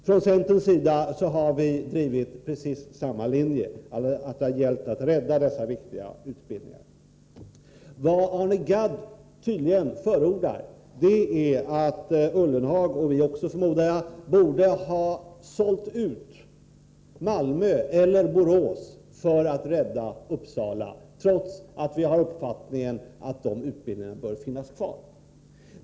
Från centerns sida har vi drivit precis samma linje, nämligen den att det gäller att rädda dessa viktiga utbildningar. Arne Gadd förordar tydligen att Jörgen Ullenhag, liksom förmodligen vi andra också, borde ha sålt ut Malmö eller Borås för att rädda Uppsala, trots att vi har uppfattningen att dessa utbildningar bör finnas kvar.